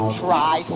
try